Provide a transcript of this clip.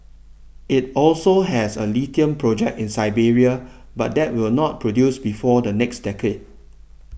it also has a lithium project in Serbia but that will not produce before the next decade